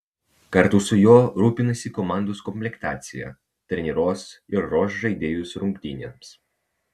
kartu su juo rūpinasi komandos komplektacija treniruos ir ruoš žaidėjus rungtynėms